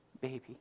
baby